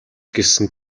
гэсэн